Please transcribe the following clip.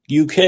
UK